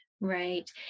Right